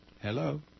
Hello